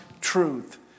truth